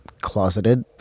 closeted